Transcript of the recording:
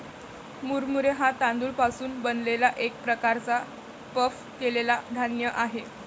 मुरमुरे हा तांदूळ पासून बनलेला एक प्रकारचा पफ केलेला धान्य आहे